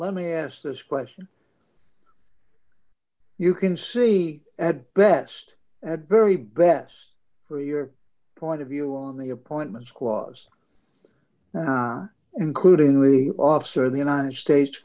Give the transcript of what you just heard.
let me ask this question you can see at best very best for your point of view on the appointments clause including the officer of the united states